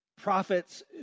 prophets